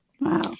Wow